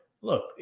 look